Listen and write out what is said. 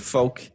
Folk